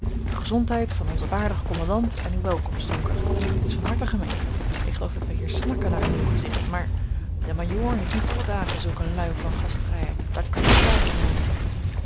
de gezondheid van onzen waardigen commandant en uw welkomst jonker t is van harte gemeend geloof dat wij hier snakken naar een nieuw gezicht maar de majoor heeft niet alle dagen zulk eene luim van gastvrijheid daar kan je staat op maken